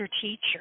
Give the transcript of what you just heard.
teacher